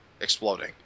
exploding